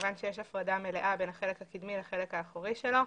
במובן הזה שיש הפרדה מלאה בין החלק הקדמי לחלק האחורי שלו,